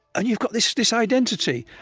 and you've got this this identity.